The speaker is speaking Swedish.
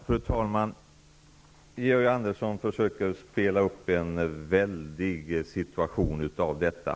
Fru talman! Georg Andersson försöker spela upp en väldig situation av detta.